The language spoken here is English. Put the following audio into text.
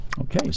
Okay